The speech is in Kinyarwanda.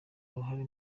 uruhare